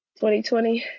2020